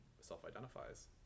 self-identifies